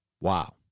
Wow